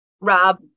Rob